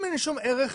אם אין שום ערך